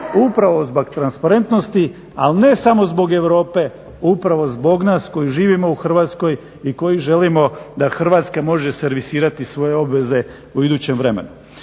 Upravo zbog transparentnosti, ali ne samo zbog Europe, upravo zbog nas koji živimo u Hrvatskoj i koji želimo da Hrvatska može servisirate svoje obveze u idućem vremenu.